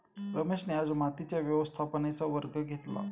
रमेशने आज मातीच्या व्यवस्थापनेचा वर्ग घेतला